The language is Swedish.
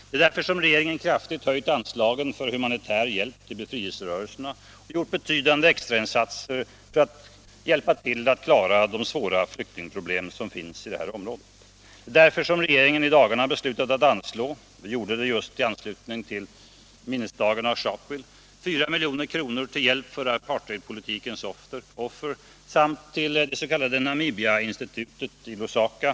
Det är därför som regeringen kraftigt har höjt anslagen för humanitär hjälp till befrielserörelserna och gjort betydande extrainsatser för att klara de svåra flyktingproblem som finns i det här området. Det är därför som regeringen i dagarna har beslutat — vi gjorde det just i anslutning till minnesdagen av Sharpeville — att anslå över 4 milj.kr. till hjälp åt apartheidpolitikens offer samt till Namibiainstitutet i Lusaka.